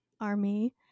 Army